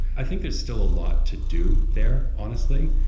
i think there's still a lot to do there, honestly.